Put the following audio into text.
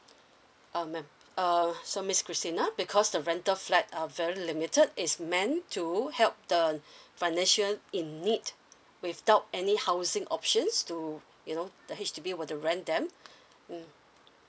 um ma'am uh so miss christina because the rental flat are very limited is meant to help the financial in it without any housing options to you know the H_D_B were to rent them mm